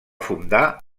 fundar